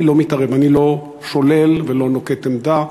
אני לא מתערב, אני לא שולל ולא נוקט עמדה,